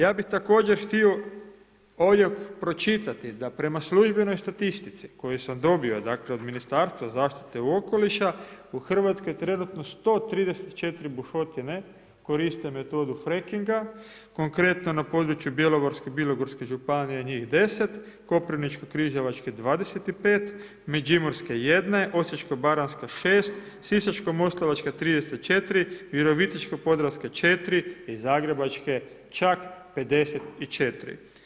Ja bi također htio ovdje pročitati da prema službenoj statistici koju sam dobio od Ministarstva zaštite okoliša, u Hrvatskoj trenutno 130 bušotine koriste metodu frackinga, konkretno na području Bjelovarsko-bilogorske županije njih 10, Koprivničko-križevačke 25, Međimurske 1, Osječko-baranjska 6, Sisačko-moslavačka 34, Virovitičko-podravska 4 i Zagrebačke čak 54.